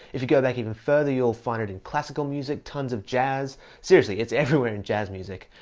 if you go back even further, you'll find it in classical music, tons of jazz seriously it's everywhere in jazz music!